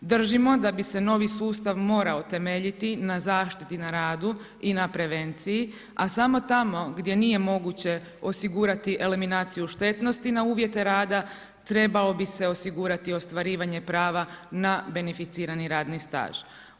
Držimo da bi se novi sustav morao temeljiti na zaštiti na radu i na prevenciji a samo tamo gdje nije moguće osigurati eliminaciju štetnosti na uvjere rada, trebalo bi se osigurati ostvarivanje prava na beneficirani radni staž.